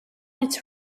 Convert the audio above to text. its